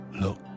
Look